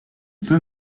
peut